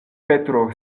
petro